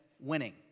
winning